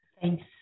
Thanks